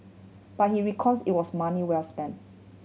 but he reckons it was money well spent